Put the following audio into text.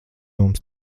mums